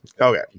Okay